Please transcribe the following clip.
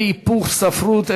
בהיפוך ספרות,